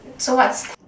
so what's